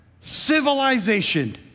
civilization